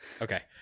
Okay